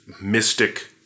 mystic